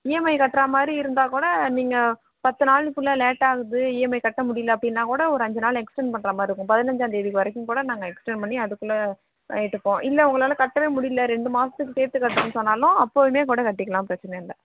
EMI கட்டுற மாதிரி இருந்தா கூட நீங்கள் பத்து நாளுக்குள்ளே லேட்டாகுது இஎம்ஐ கட்ட முடியலை அப்படின்னா கூட ஒரு அஞ்சு நாள் எக்ஸ்டர்ன் பண்ணுறமாரி இருக்கும் பதினஞ்சாந்தேதி வரைக்கும் கூட நாங்கள் எக்ஸ்டர்ன் பண்ணி அதுக்குள்ளே கேட்டுப்போம் இல்லை உங்களால் கட்டவே முடியலை ரெண்டு மாதத்துக்கு சேர்த்து கட்டுறோம்ன்னு சொன்னாலும் பொறுமையாக கட்டிக்கலாம் பிரச்சனை இல்லை